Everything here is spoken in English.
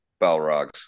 balrogs